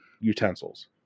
utensils